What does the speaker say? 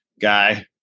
guy